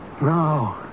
No